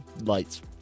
lights